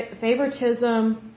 favoritism